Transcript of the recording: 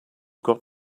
got